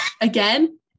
again